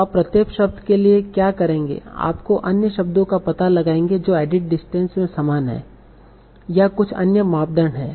तो आप प्रत्येक शब्द के लिए क्या करेंगे आप अन्य शब्दों का पता लगाएंगे जो एडिट डिस्टेंस में सामान है या कुछ अन्य मापदंड हैं